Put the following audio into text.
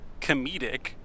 comedic